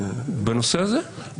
בנושא הזה.